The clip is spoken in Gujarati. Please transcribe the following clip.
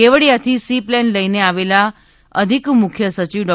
કેવડિયાથી સી પ્લેન લઇને આવેલા અધિક મુખ્ય સચિવ ડો